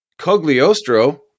Cogliostro